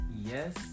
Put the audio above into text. Yes